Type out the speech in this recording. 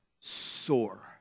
soar